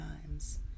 times